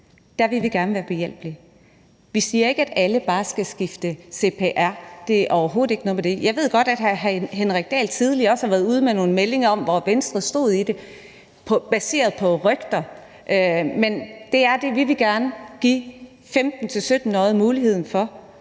vil vi gerne være behjælpelige. Vi siger ikke, at alle bare skal skifte cpr-nummer, det har overhovedet ikke noget med det at gøre. Jeg ved godt, at hr. Henrik Dahl også tidligere har været ude med nogle meldinger baseret på rygter om, hvor Venstre stod i det spørgsmål, men det, vi vil gerne vil, er at give 15-17-årige muligheden for